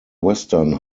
western